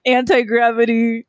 anti-gravity